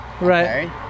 Right